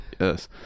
Yes